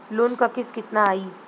Loan क किस्त कितना आई?